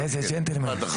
משפט אחרון.